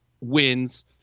wins